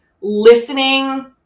listening